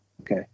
Okay